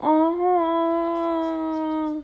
!aww!